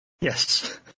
Yes